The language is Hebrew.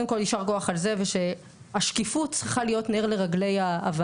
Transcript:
קודם כל יישר כוח על זה ושהשקיפות צריכה להיות נר לרגלי הוועדה,